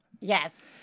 yes